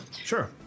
Sure